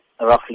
roughly